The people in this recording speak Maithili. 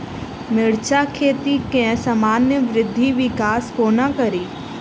मिर्चा खेती केँ सामान्य वृद्धि विकास कोना करि?